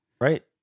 Right